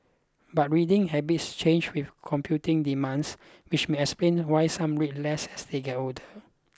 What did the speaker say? but reading habits change with competing demands which may explain why some read less as they get older